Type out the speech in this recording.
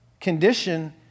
condition